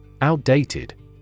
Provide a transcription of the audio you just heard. Outdated